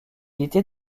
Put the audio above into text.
était